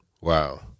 Wow